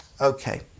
Okay